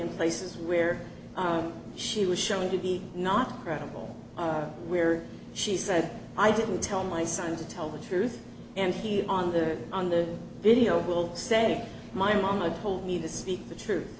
in places where she was shown to be not credible where she said i didn't tell my son to tell the truth and he on the on the video will say my mama told me to speak the